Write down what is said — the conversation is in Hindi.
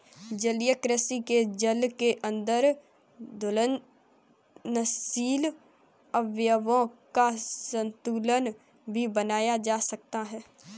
जलीय कृषि से जल के अंदर घुलनशील अवयवों का संतुलन भी बनाया जा सकता है